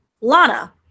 Lana